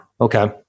Okay